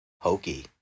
hokey